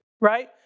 right